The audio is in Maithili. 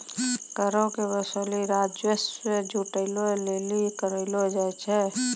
करो के वसूली राजस्व जुटाबै लेली करलो जाय छै